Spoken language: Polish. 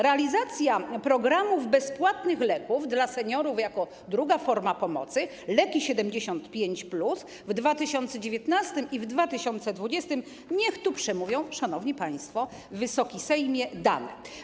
Realizacja programów dotyczących bezpłatnych leków dla seniorów jako druga forma pomocy, ˝Leki 75+˝ w 2019 i 2020 r. - niech tu przemówią, szanowni państwo, Wysoki Sejmie, dane.